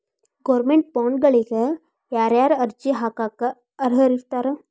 Government ಬಾಂಡ್ಗಳಿಗ ಯಾರ್ಯಾರ ಅರ್ಜಿ ಹಾಕಾಕ ಅರ್ಹರಿರ್ತಾರ?